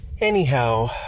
Anyhow